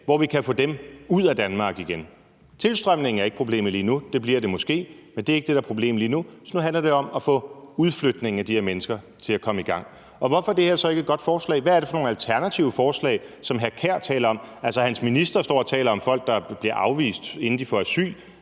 at vi kan få dem ud af Danmark igen. Tilstrømningen er ikke problemet lige nu; det bliver det måske, men det er ikke det, der er problemet lige nu. Så nu handler det om at få udflytningen af de her mennesker til at komme i gang. Og hvorfor er det her så ikke et godt forslag? Hvad er det for nogle alternative forslag, som hr. Kasper Sand Kjær taler om? Altså, hans minister står og taler om folk, der bliver afvist, inden de får asyl,